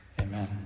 Amen